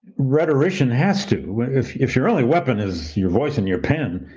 rhetorician has to. if if your only weapon is your voice and your pen,